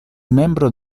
membro